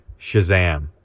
Shazam